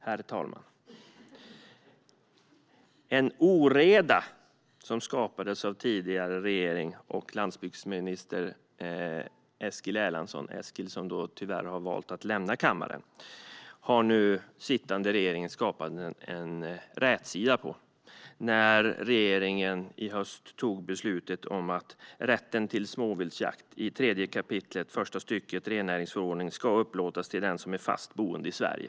Det var en oreda som skapades av tidigare regering och landsbygdsminister Eskil Erlandsson, som nu tyvärr har valt att lämna kammaren. Den oredan har nu sittande regering fått rätsida på när regeringen i höst fattade beslutet om att rätten till småviltsjakt i 3 § första stycket rennäringsförordningen ska upplåtas till den som är fast boende i Sverige.